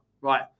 Right